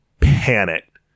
panicked